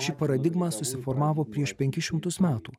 ši paradigma susiformavo prieš penkis šimtus metų